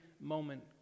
Moment